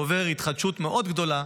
שעובר התחדשות מאוד גדולה,